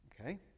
Okay